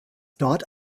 dort